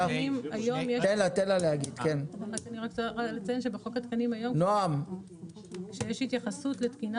אני רק אציין שבחוק התקנים היום כשיש התייחסות לתקינה